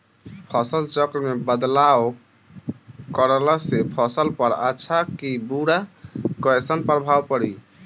फसल चक्र मे बदलाव करला से फसल पर अच्छा की बुरा कैसन प्रभाव पड़ी?